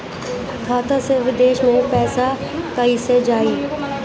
खाता से विदेश मे पैसा कईसे जाई?